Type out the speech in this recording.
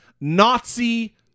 Nazi